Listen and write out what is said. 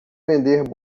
vender